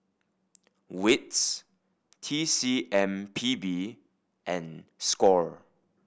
wits T C M P B and score